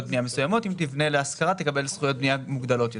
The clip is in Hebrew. בניה מסוימות אם תבנה להשכרה תקבל זכויות בניה מוגדלות יותר,